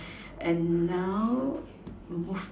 and now move